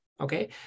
okay